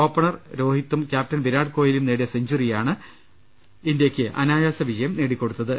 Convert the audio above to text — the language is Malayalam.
ഓപ്പണർ രോഹിതും ക്യാപ്റ്റൻ വിരാട് കൊഹ്ലിയും നേടിയ സെഞ്ചുറി യാണ് ഇന്ത്യക്ക് അനായാസ വിജയം നേടിക്കൊടുത്തത്